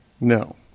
No